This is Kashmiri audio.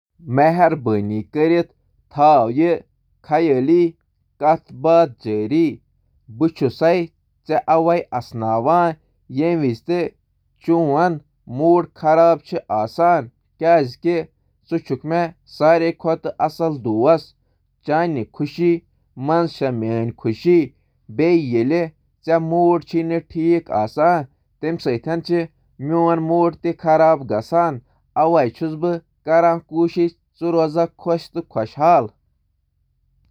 مہربٲنی کٔرِتھ تھٲیِو یہِ خیٲلی کتھ باتھ جٲری: "مےٚ چھُ ہمیشہٕ پتہ، بہٕ چھُس تۄہہِ اسناوان ییٚلہِ تُہۍ بےٚ احساس کران چھِو۔ تِکیازِ ژٕ چُھکھ میون اصل دوست۔ تُہٕنٛز خۄش چھےٚ میٲنۍ خۄش۔ ییٚلہِ تُہۍ خۄش آسہِ، بہٕ روزٕ خۄش۔ تَوَے چھُس بہٕ یژھان ژٕ پرٛٮ۪تھ لَٹہِ خۄش روزِو۔